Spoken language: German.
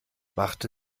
wachte